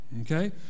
Okay